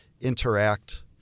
interact